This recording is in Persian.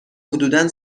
حدودا